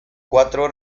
cuatro